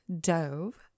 dove